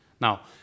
Now